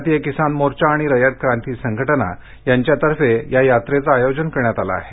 भारतीय किसान मोर्चा आणि रयत क्रांती संघटना यांच्यातर्फे या यात्रेचं आयोजन करण्यात आलं आहे